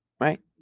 Right